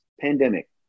pandemic